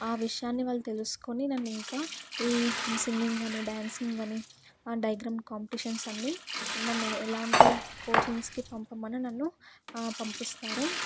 ఆ విషయాన్ని వాళ్ళు తెలుసుకొని నన్ను ఇంకా ఈ సింగింగ్ అని డ్యాన్సింగ్ అని డయాగ్రం కాంపిటీషన్స్ అన్ని నన్ను ఎలాంటి కోచింగ్స్కి పంపమని నన్ను పంపిస్తారు